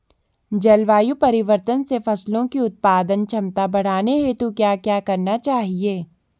जलवायु परिवर्तन से फसलों की उत्पादन क्षमता बढ़ाने हेतु क्या क्या करना चाहिए?